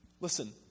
Listen